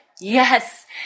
yes